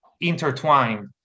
intertwine